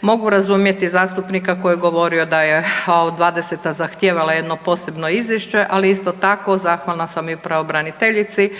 mogu razumjeti zastupnika koji je govorio da je '20. zahtijevala jedno posebno izvješće, ali isto tako zahvalna sam i pravobraniteljici